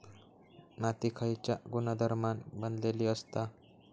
माती खयच्या गुणधर्मान बनलेली असता?